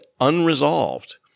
unresolved